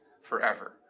forever